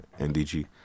NDG